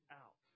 out